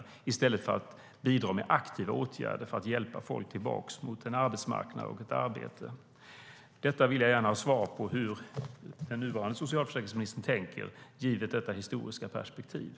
Det gör man i stället för att bidra med aktiva åtgärder för att hjälpa folk tillbaka till en arbetsmarknad och ett arbete.